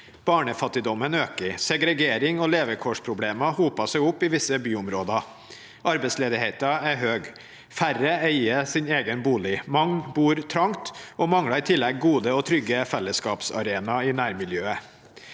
Barnefattigdommen øker. Segregering og levekårsproblemer hoper seg opp i visse byområder. Arbeidsledigheten er høy. Færre eier sin egen bolig. Mange bor trangt og mangler i tillegg gode og trygge fellesskapsarenaer i nærmiljøet.